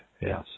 Yes